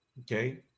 Okay